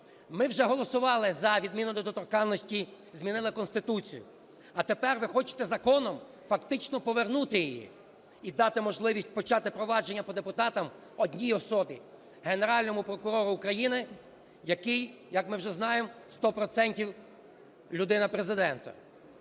Ми вже голосували за відміну недоторканності, змінили Конституцію, а тепер ви хочете законом фактично повернути її і дати можливість почати провадження по депутатам одній особі – Генеральному прокурору України, який, як ми вже знаємо, сто процентів людина Президента.